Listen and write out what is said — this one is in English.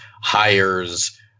hires